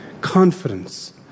Confidence